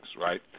right